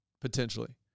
potentially